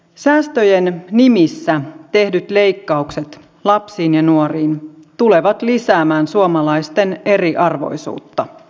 säästöjen nimissä tehdyt leikkaukset lapsiin ja nuoriin tulevat lisäämään suomalaisten eriarvoisuutta